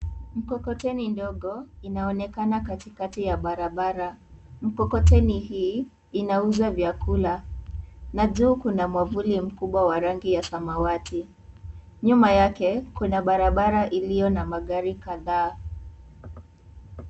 Mkokoteni ndogo inaonekana katikati ya barabara, mkokoteni hii inauza vyakula na juu kuna mwavuli mkubwa wa rangi ya samawati, nyuma yake kuna barabara iliyo na magari kadhaa.